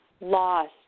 loss